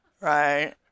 right